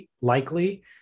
likely